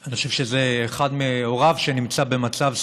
אני חושב שזה אחד מהוריו שנמצא במצב סיעודי,